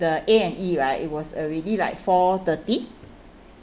the A and E right it was already like four thirty